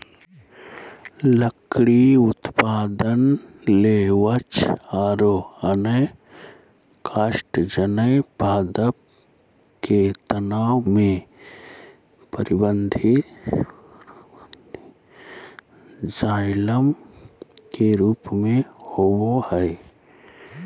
लकड़ी उत्पादन ले वृक्ष आरो अन्य काष्टजन्य पादप के तना मे परवर्धी जायलम के रुप मे होवअ हई